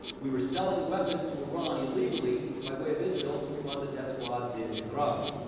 we were selling weapons to iran illegally, by way of israel, to fund the death squads in nicaragua.